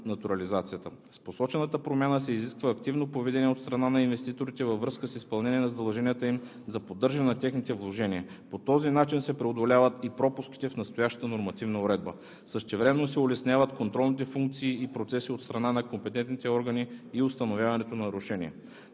С посочената промяна се изисква активно поведение от страна на инвеститорите във връзка с изпълнение на задълженията им за поддържане на техните вложения. По този начин се преодоляват и пропуските в настоящата нормативна уредба. Същевременно се улесняват и контролните функции и процеси от страна на компетентните органи и установяването на нарушения.